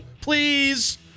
Please